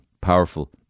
powerful